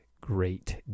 great